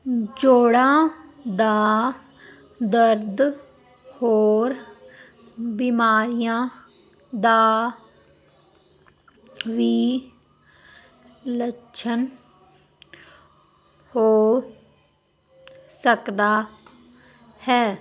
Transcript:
ਜੋੜਾਂ ਦਾ ਦਰਦ ਹੋਰ ਬਿਮਾਰੀਆਂ ਦਾ ਵੀ ਲੱਛਣ ਹੋ ਸਕਦਾ ਹੈ